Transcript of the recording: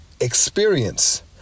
experience